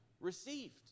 received